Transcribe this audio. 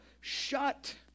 shut